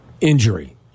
injury